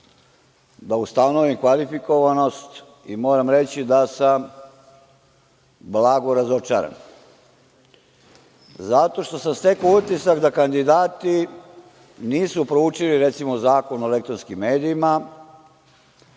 da ustanovim kvalifikovanost i moram reći da sam blago razočaran zato što sam stekao utisak da kandidati nisu proučili, recimo, Zakon o elektronskim medijima,